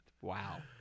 Wow